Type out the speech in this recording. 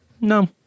no